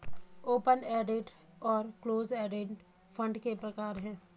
open ended और close ended fund के प्रकार हैं